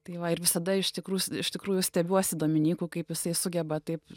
tai va ir visada iš tikrų iš tikrųjų stebiuosi dominyku kaip jisai sugeba taip